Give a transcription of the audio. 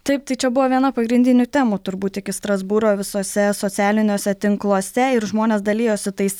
taip tai čia buvo viena pagrindinių temų turbūt iki strasbūro visuose socialiniuose tinkluose ir žmonės dalijosi tais